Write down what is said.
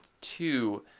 two